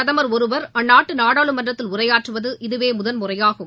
பிரதமர் ஜருவர் அந்நாட்டு நாடாளுமன்றத்தில் உரையாற்றுவது இதுவே முதன்முறையாகும